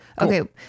okay